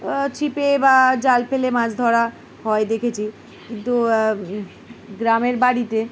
ছিপে বা জাল ফেলে মাছ ধরা হয় দেখেছি কিন্তু গ্রামের বাড়িতে